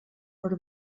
per